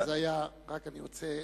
אני רק רוצה,